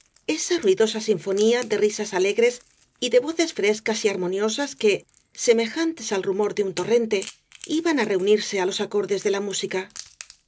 esa ruidosa sinfonía de risas alegres y de voces frescas y armoniosas que semejantes al rumor de un torrente iban á unirse á los acordes de la música